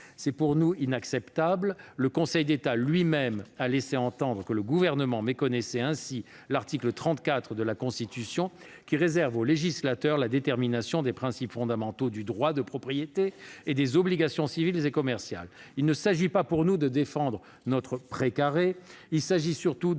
C'est, pour nous, inacceptable. Le Conseil d'État a lui-même laissé entendre que le Gouvernement méconnaissait ainsi l'article 34 de la Constitution, qui réserve au législateur la détermination des principes fondamentaux du droit de propriété et des obligations civiles et commerciales. Il ne s'agit pas pour nous de défendre notre pré carré